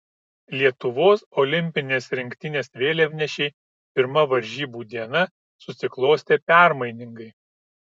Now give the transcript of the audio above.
lietuvos olimpinės rinktinės vėliavnešei pirma varžybų diena susiklostė permainingai